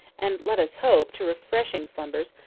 and, let us hope, to refreshing slumbers,